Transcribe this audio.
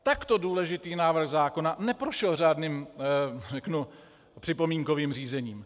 Takto důležitý návrh zákona neprošel řádným připomínkovým řízením.